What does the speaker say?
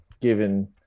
given